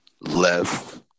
left